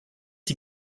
die